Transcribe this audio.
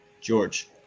George